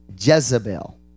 Jezebel